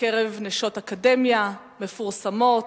אנשי אקדמיה, מפורסמים,